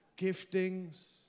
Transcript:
Giftings